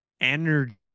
energy